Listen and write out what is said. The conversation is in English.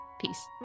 Peace